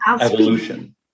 evolution